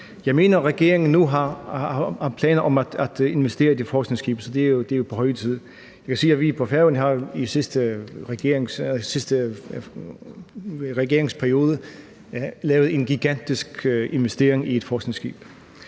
Jeg mener, at regeringen nu har planer om at investere i et forskningsskib – det er jo på høje tid. Jeg kan sige, at vi på Færøerne i den sidste regeringsperiode lavede en gigantisk investering i et forskningsskib,